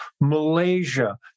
Malaysia